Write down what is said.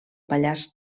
pallars